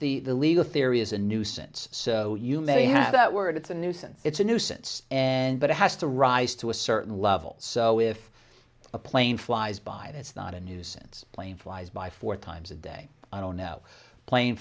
the legal theory is a nuisance so you may have that word it's a nuisance it's a nuisance and but it has to rise to a certain level so if a plane flies by it's not a nuisance plane flies by four times a day i don't know plane